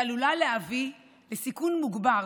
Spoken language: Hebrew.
והיא עלולה להביא בסיכון מוגבר